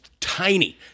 Tiny